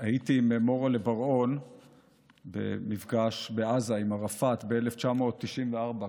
שהייתי עם מור'לה בר-און במפגש עם ערפאת ב-1994 בעזה,